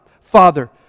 Father